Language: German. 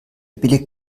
billig